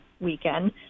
weekend